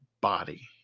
body